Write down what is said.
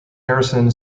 harrison